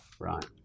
Right